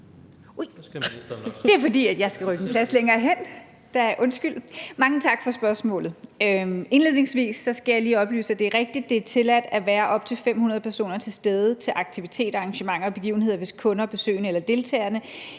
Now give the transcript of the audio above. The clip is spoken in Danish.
Mange tak for spørgsmålet.